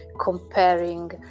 comparing